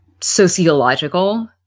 sociological